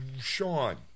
Sean